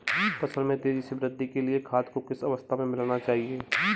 फसल में तेज़ी से वृद्धि के लिए खाद को किस अवस्था में मिलाना चाहिए?